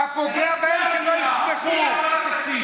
אי-העברת התקציב